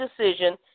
decision